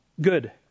Good